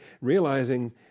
realizing